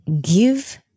give